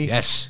Yes